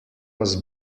was